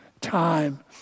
time